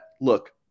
look